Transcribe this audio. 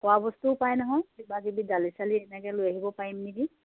খোৱা বস্তুও পায় নহয় কিবা কিবি দালি চালি এনেকৈ লৈ আহিব পাৰিম নেকি